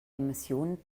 emissionen